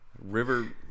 River